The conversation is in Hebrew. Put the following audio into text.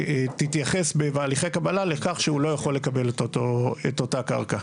ותתייחס בהליכי קבלה לכך שהוא לא יכול לקבל את אותה קרקע.